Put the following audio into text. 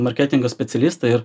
marketingo specialistą ir